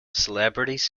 celebrities